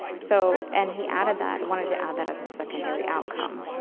so and he added that, wanted to add that as a secondary outcome.